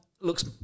looks